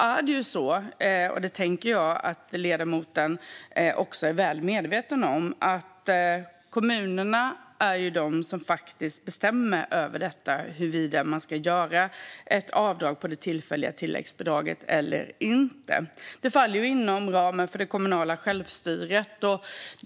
Jag tänker att ledamoten är väl medveten om att kommunerna faktiskt bestämmer huruvida det ska göras ett avdrag på det tillfälliga tilläggsbidraget eller inte, det vill säga det faller inom ramen för det kommunala självstyret.